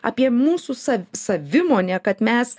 apie mūsų sa savimonę kad mes